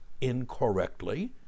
incorrectly